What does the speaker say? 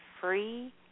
free